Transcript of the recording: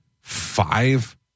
five